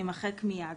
יימחק מיד.".